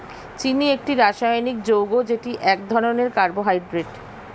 চিনি একটি রাসায়নিক যৌগ যেটি এক ধরনের কার্বোহাইড্রেট